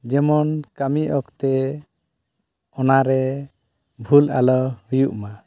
ᱡᱮᱢᱚᱱ ᱠᱟᱹᱢᱤ ᱚᱠᱛᱚ ᱚᱱᱟᱨᱮ ᱵᱷᱩᱞ ᱟᱞᱚ ᱦᱩᱭᱩᱜ ᱢᱟ